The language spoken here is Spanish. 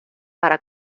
para